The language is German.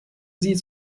sie